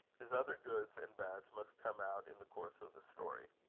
his other goods and bads must come out in the course of the story.